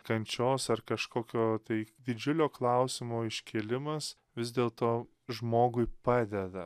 kančios ar kažkokio tai didžiulio klausimo iškėlimas vis dėlto žmogui padeda